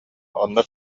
онно